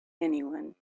anyone